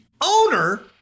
owner